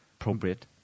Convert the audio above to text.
appropriate